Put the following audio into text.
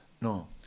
No